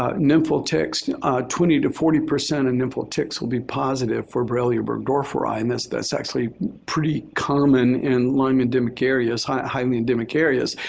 ah nymphal ticks twenty to forty percent of nymphal ticks will be positive for borrelia burgdorferi. and that's actually pretty common in lyme endemic areas, highly highly endemic areas.